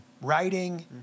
writing